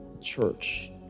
church